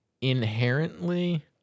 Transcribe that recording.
Inherently